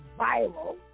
viral